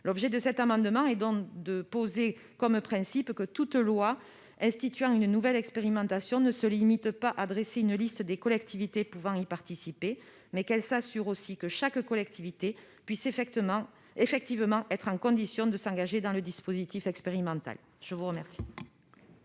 L'objet de cet amendement est donc de poser comme principe que toute loi instituant une nouvelle expérimentation ne se limite pas à dresser une liste des collectivités pouvant y participer : elle devra aussi s'assurer que chaque collectivité puisse effectivement être en capacité de s'engager dans le dispositif expérimental. Quel